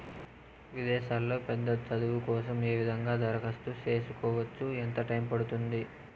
విదేశాల్లో పెద్ద చదువు కోసం ఏ విధంగా దరఖాస్తు సేసుకోవచ్చు? ఎంత టైము పడుతుంది?